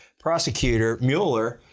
prosecutor mueller.